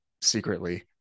secretly